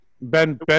Ben